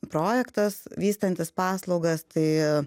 projektas vystantis paslaugas tai